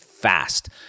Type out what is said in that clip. fast